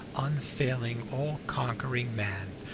unfailing, all-conquering man,